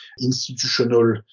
institutional